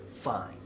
Fine